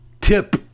tip